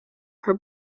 her